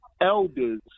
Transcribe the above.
elders